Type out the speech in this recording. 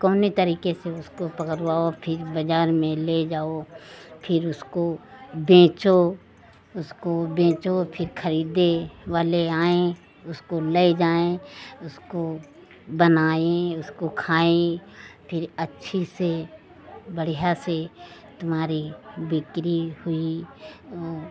कोनो तरीके से उसको पकड़वाओ फिर बाज़ार में ले जाओ फिर उसको बेचो उसको बेचो फिर खरीदने वाले आए उसको ले जाए उसको बनाए उसको खाए फिर अच्छी से बढ़िया से तुम्हारी बिक्री हुई वह